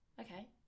okay